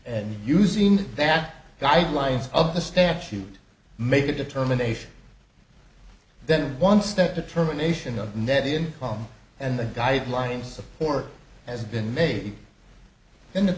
and using that guidelines of the statute make a determination then one step determination of net income and the guidelines support has been made and the